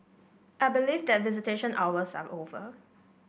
I believe that visitation hours are over